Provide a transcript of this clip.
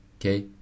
Okay